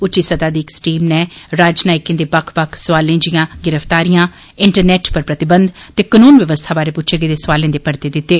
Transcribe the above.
उच्च स्तरीय टीम नै राजनैयकें दे बक्ख बक्ख सुआलें जियां गिरफ्तारी इंटरनेट उप्पर प्रतिबंध ते कनून बवस्था बारे पुच्छे गेदे सुआलें दे परते दितते